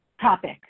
topic